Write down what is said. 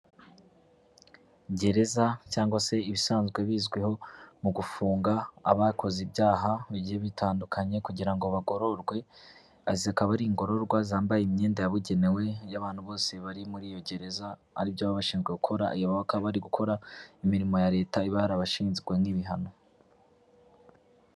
Gereza cyangwa se ibisanzwe bizwiho mu gufunga abakoze ibyaha bigiye bitandukanye kugira ngo bagororwe, zikaba ari ingororwa zambaye imyenda yabugenewe y'abantu bose bari muri iyo gereza, aribyo baba bashinjwa gukora iyo baka bari gukora imirimo ya leta iba yarabashinzwe nk'ibihano.